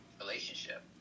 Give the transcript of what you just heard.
relationship